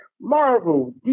Marvel